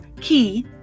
key